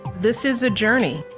this is a journey.